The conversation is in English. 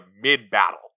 mid-battle